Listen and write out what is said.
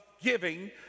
giving